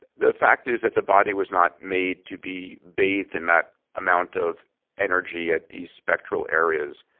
the fact is that the body was not made to be bathed in that amount of energy at these spectral areas.